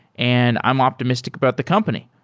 and i'm optimistic about the company.